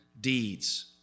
deeds